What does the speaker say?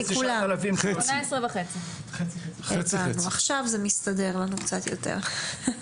18,500. עכשיו זה מסתדר לנו קצת יותר.